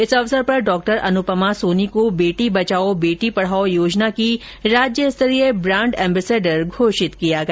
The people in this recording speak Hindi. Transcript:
इस अवसर पर डॉ अनुपमा सोनी को बेटी बचाओं बेटी पढाओं योजना की राज्यस्तरीय ब्रांड एम्बेसडर घोषित किया गया